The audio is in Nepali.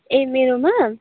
ए मेरोमा